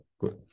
Good